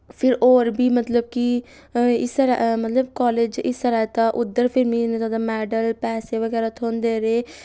फिर होर बी मतलब कि हिस्सा मतलब कालज हिस्सा लैत्ता उद्धर फिर मी इन्ने जैदा मैडल पैसे बगैरा थ्होंदे रेह्